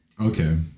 Okay